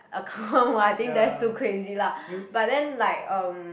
account ah I think that's too crazy lah but then like um